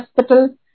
hospital